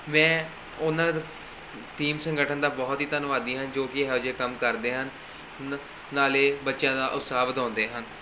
ਮੈਂ ਉਹਨਾਂ ਟੀਮ ਸੰਗਠਨ ਦਾ ਬਹੁਤ ਹੀ ਧੰਨਵਾਦੀ ਹਾਂ ਜੋ ਕਿ ਇਹੋ ਜਿਹੇ ਕੰਮ ਕਰਦੇ ਹਨ ਨ ਨਾਲੇ ਬੱਚਿਆਂ ਦਾ ਉਤਸਾਹ ਵਧਾਉਂਦੇ ਹਨ